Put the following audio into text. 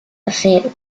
acero